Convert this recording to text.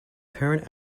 parent